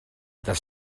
das